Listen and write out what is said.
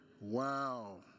Wow